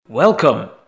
Welcome